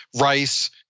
rice